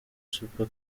super